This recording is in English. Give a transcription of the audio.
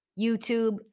YouTube